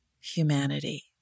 humanity